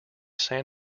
san